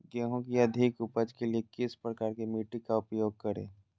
गेंहू की अधिक उपज के लिए किस प्रकार की मिट्टी का उपयोग करे?